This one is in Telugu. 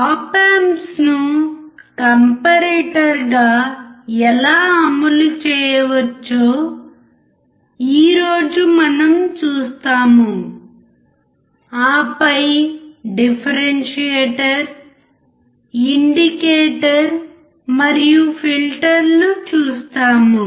ఆప్ ఆంప్స్ను కంపారిటర్గా ఎలా అమలు చేయవచ్చో ఈ రోజు మనం చూస్తాము ఆపై డిఫరెన్సియేటర్ ఇండికేటర్ మరియు ఫిల్టర్లు చూస్తాము